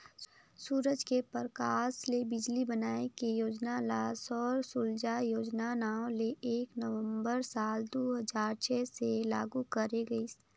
सूरज के परकास ले बिजली बनाए के योजना ल सौर सूजला योजना नांव ले एक नवंबर साल दू हजार छै से लागू करे गईस